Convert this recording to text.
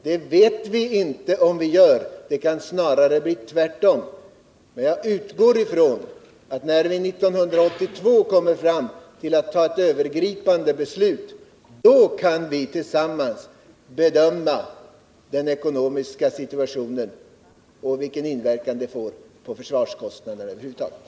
Vi vet inte om vi gör det — det kan snarare bli tvärtom. Och jag utgår från att vi 1982, när vi kommer fram till att fatta ett övergripande beslut, kan tillsammans bedöma den ekonomiska situationen och vilken inverkan beslutet kommer att få på försvarskostnaderna över huvud taget.